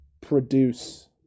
produce